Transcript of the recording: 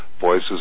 voices